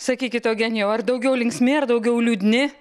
sakykit eugenijau ar daugiau linksmi ar daugiau liūdni